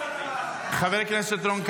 חבר הכנסת רון כץ,